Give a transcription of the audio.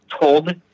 told